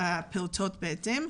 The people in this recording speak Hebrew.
והפעוטות בהתאם,